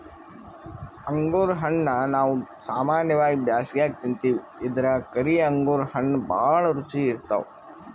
ಅಂಗುರ್ ಹಣ್ಣಾ ನಾವ್ ಸಾಮಾನ್ಯವಾಗಿ ಬ್ಯಾಸ್ಗ್ಯಾಗ ತಿಂತಿವಿ ಇದ್ರಾಗ್ ಕರಿ ಅಂಗುರ್ ಹಣ್ಣ್ ಭಾಳ್ ರುಚಿ ಇರ್ತವ್